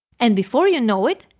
and before you know it,